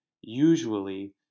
usually